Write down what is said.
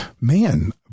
man